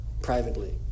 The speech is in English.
privately